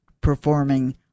performing